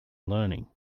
learning